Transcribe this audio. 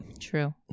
True